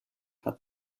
hat